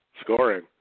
scoring